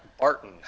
barton